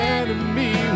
enemy